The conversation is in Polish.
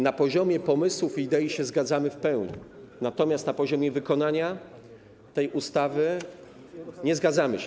Na poziomie pomysłów i idei zgadzamy się w pełni, natomiast na poziomie wykonania tej ustawy nie zgadzamy się.